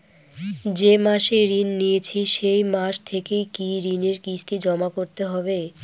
যে মাসে ঋণ নিয়েছি সেই মাস থেকেই কি ঋণের কিস্তি জমা করতে হবে?